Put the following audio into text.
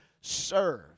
serve